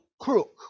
Crook